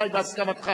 והיא באותו עניין.